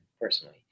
personally